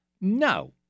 No